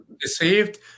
deceived